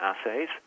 assays